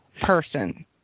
person